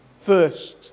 first